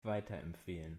weiterempfehlen